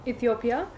Ethiopia